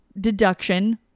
deduction